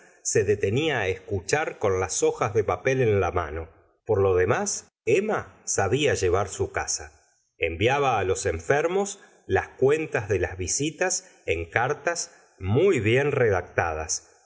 se detenía escuchar con las hojas de papel en la mano por lo demás emma sabia llevar su casa enviaba los enfermos las cuentas de las visitas en cartas muy bien redactadas